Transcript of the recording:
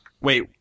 Wait